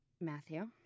Matthew